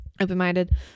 open-minded